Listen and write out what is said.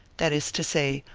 that is to say,